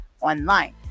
online